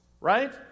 Right